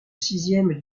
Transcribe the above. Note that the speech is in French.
sixième